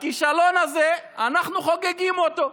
הכישלון הזה, אנחנו חוגגים אותו.